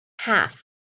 half